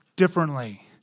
differently